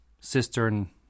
cistern